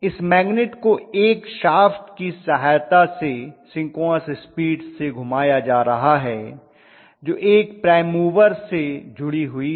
इस मैग्निट को एक शाफ्ट की सहायता से सिंक्रोनस स्पीड से घुमाया जा रहा है जो एक प्राइम मूवर से जुड़ी हुई है